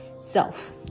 self